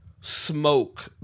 smoke